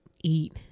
eat